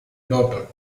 daughter